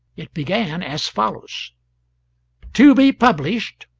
it began as follows to be published,